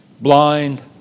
blind